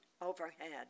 overhead